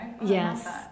yes